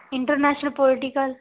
international political